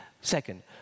Second